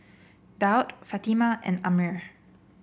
Daud Fatimah and Ammir